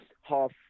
half